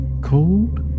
cold